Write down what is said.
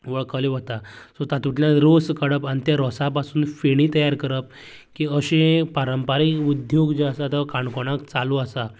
वळखलें वता सो तातूंतल्यान रोस काडप आनी त्या रोसां पाकून फेणी तयार करप की अशीं पारंपारीक उद्द्योग जो आसा तो काणकोणांत चालू आसात